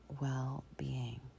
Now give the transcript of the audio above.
well-being